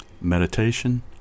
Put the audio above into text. Meditation